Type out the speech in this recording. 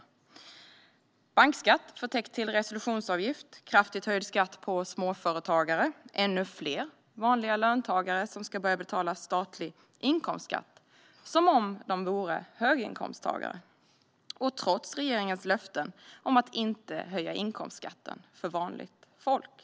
Det handlar om bankskatt, förtäckt till resolutionsavgift, kraftigt höjd skatt för småföretagare och ännu fler vanliga löntagare som ska betala statlig inkomstskatt som om de vore höginkomsttagare, och trots regeringens löften om att inte höja inkomstskatten för vanligt folk.